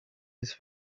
his